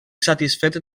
satisfet